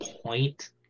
point